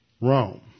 Rome